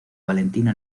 valentina